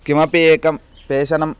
किमपि एकं पेषणं